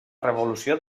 revolució